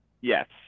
Yes